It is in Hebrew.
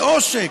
זה עושק.